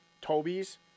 Toby's